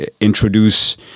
introduce